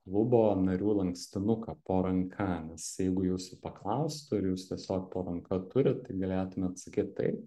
klubo narių lankstinuką po ranka nes jeigu jūsų paklaustų ir jūs tiesiog po ranka turit tai galėtumėt sakyt tai